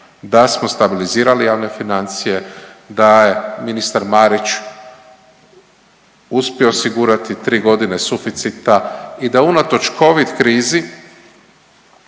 da smo stabilizirali javne financije, da je ministar Marić uspio osigurati tri godine suficita i da unatoč covid krizi